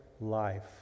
life